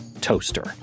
toaster